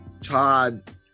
Todd